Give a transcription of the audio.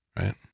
Right